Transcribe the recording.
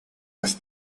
with